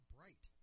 Bright